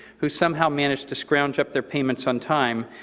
who somehow managed to scrounge up their payments on time,